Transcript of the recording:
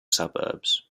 suburbs